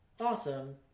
Awesome